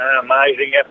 Amazing